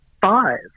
five